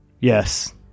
Yes